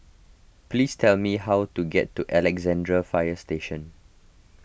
please tell me how to get to Alexandra Fire Station